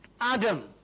Adam